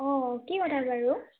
অ' কি কথা বাৰু